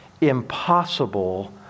impossible